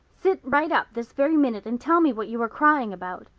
sit right up this very minute and tell me what you are crying about.